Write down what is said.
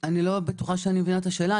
אני לא בטוחה שהבנתי את השאלה.